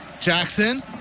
Jackson